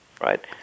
right